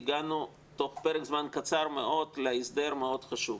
והגענו תוך פרק זמן קצר מאוד להסדר מאוד חשוב.